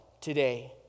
today